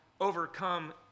overcome